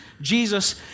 Jesus